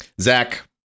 Zach